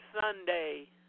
Sunday